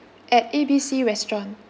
at A B C restaurant